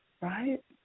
right